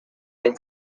been